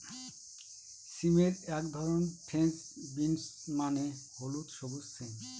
সিমের এক ধরন ফ্রেঞ্চ বিনস মানে হল সবুজ সিম